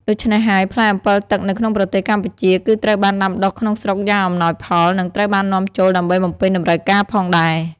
ដូច្នេះហើយ ផ្លែអម្ពិលទឹកនៅក្នុងប្រទេសកម្ពុជាគឺត្រូវបានដាំដុះក្នុងស្រុកយ៉ាងអំណោយផល និងត្រូវបាននាំចូលដើម្បីបំពេញតម្រូវការផងដែរ។